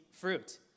fruit